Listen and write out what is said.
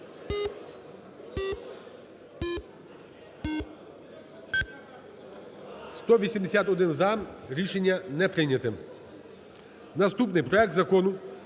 За-169 Рішення не прийнято. Наступний проект Закону